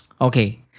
Okay